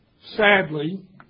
sadly